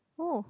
who